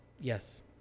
Yes